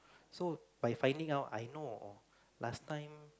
so by finding out I know last time